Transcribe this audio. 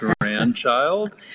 grandchild